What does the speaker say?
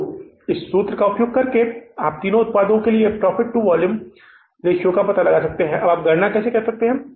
तो इस सूत्र का उपयोग करके आप तीन उत्पादों के प्रॉफिट टू वॉल्यूम का पता लगा सकते हैं और आप कैसे गणना कर सकते हैं